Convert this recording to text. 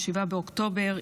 ב-7 באוקטובר,